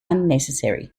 unnecessary